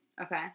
Okay